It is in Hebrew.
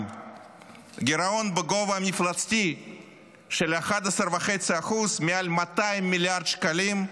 גירעון בגובה המפלצתי של 11.5% מעל 200 מיליארד שקלים,